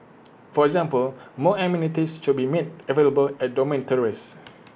for example more amenities should be made available at dormitories